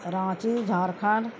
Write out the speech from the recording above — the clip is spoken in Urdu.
رانچی جھارکھنڈ